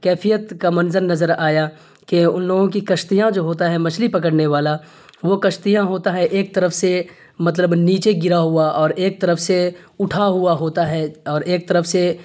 کیفیت کا منظر نظر آیا کہ ان لوگوں کی کشتیاں جو ہوتا ہے مچھلی پکڑنے والا وہ کشتیاں ہوتا ہے ایک طرف سے مطلب نیچے گرا ہوا اور ایک طرف سے اٹھا ہوا ہوتا ہے اور ایک طرف سے